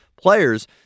players